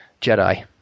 Jedi